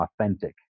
authentic